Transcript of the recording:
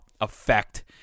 effect